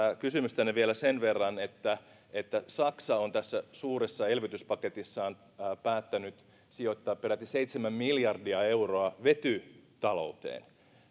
kysymystänne vielä sen verran että että saksa on tässä suuressa elvytyspaketissaan päättänyt sijoittaa peräti seitsemän miljardia euroa vetytalouteen